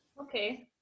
Okay